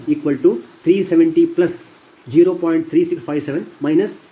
3657 23